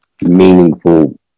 meaningful